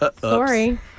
Sorry